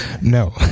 No